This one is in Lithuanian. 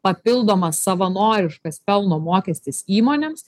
papildomas savanoriškas pelno mokestis įmonėms